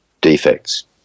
defects